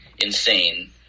insane